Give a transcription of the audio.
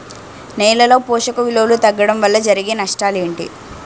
నేలలో పోషక విలువలు తగ్గడం వల్ల జరిగే నష్టాలేంటి?